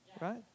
Right